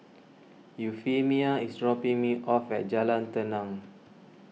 Euphemia is dropping me off at Jalan Tenang